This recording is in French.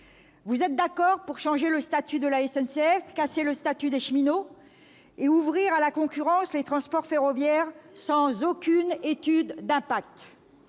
Vous êtes d'accord pour changer le statut de la SNCF, pour casser le statut des cheminots et pour ouvrir à la concurrence les transports ferroviaires sans aucune étude d'impact.